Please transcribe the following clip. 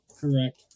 Correct